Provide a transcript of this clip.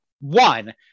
one